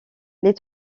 les